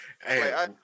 Hey